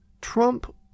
Trump